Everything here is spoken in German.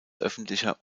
öffentlicher